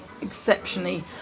exceptionally